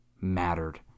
mattered